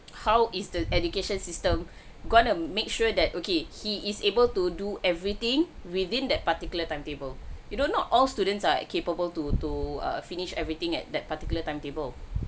how is the education system going to make sure that okay he is able to do everything within that particular timetable you don't not all students are capable to to err finished everything at that particular timetable